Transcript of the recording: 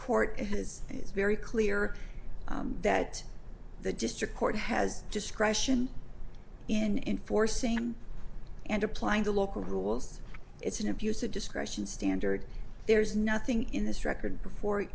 court has is very clear that the district court has discretion in enforcing and applying the local rules it's an abuse of discretion standard there's nothing in this record before